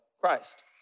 Christ